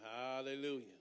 Hallelujah